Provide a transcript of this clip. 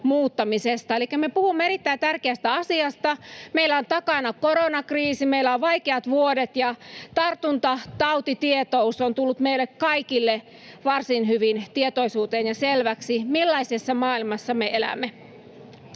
muuttamisesta, elikkä me puhumme erittäin tärkeästä asiasta. Meillä on takana koronakriisi, meillä on vaikeat vuodet, ja tartuntatautitietous on tullut meille kaikille varsin hyvin tietoisuuteen ja selväksi se, millaisessa maailmassa me elämme.